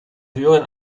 höheren